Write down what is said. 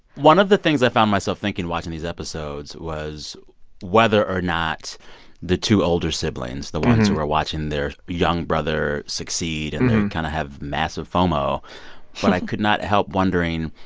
one of the things i found myself thinking watching these episodes was whether or not the two older siblings, the ones who are watching their young brother succeed and they kind of have massive fomo what i could not help wondering,